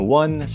one